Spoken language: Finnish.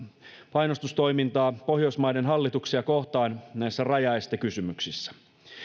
painostustoimintaa pohjoismaiden hallituksia kohtaan näissä rajaestekysymyksissä